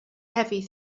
heavy